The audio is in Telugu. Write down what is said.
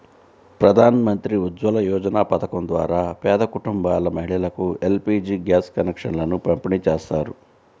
ప్రధాన్ మంత్రి ఉజ్వల యోజన పథకం ద్వారా పేద కుటుంబాల మహిళలకు ఎల్.పీ.జీ గ్యాస్ కనెక్షన్లను పంపిణీ చేస్తారు